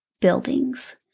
buildings